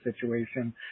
situation